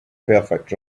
perfect